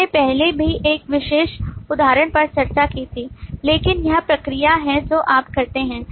हमने पहले भी इस विशेष उदाहरण पर चर्चा की थी लेकिन यह प्रक्रिया है जो आप करते हैं